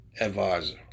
advisor